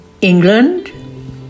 England